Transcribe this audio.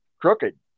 crooked